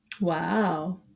Wow